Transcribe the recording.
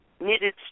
knitted